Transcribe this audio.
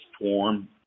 form